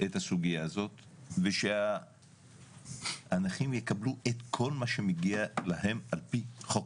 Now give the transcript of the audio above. את הסוגיה הזאת ושהנכים יקבלו את כל מה שמגיע להם על פי חוק.